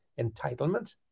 entitlement